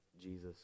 Jesus